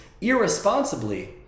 irresponsibly